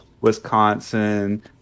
Wisconsin